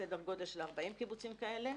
סדר גודל של 40 קיבוצים כאלה,